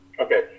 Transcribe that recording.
okay